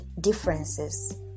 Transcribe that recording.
differences